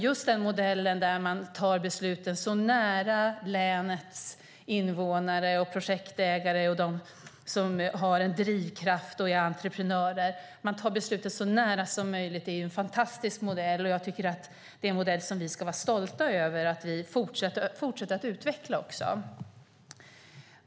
Just den modell där man tar besluten så nära länets invånare och projektägare - de som har en drivkraft och är entreprenörer - som möjligt är en fantastisk modell. Jag tycker att det är en modell vi ska vara stolta över att vi fortsätter att utveckla.